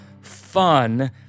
fun